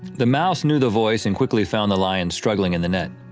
the mouse knew the voice and quickly found the lion struggling in the net.